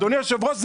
אדוני היושב-ראש,